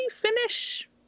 finish